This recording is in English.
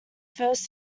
first